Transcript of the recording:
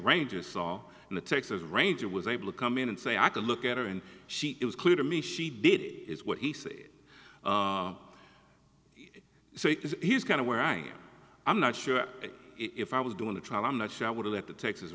rangers saw and the texas ranger was able to come in and say i can look at her and she was clear to me she did it is what he said so he's kind of where i am i'm not sure if i was doing the trial i'm not sure i would let the texas